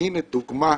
והנה דוגמה.